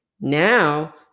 Now